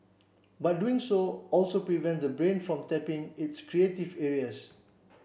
but doing so also prevents the brain from tapping its creative areas